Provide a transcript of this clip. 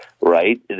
right